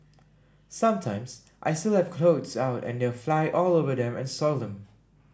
sometimes I still have clothes out and they fly all over them and soil them